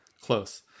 close